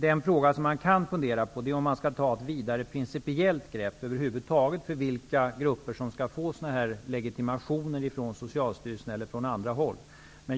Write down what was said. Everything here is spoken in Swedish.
Den fråga som man kan fundera på är om man skall ta ett vidare principiellt grepp över vilka grupper som skall få legitimationer från Socialstyrelsen eller från andra håll.